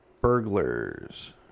Burglars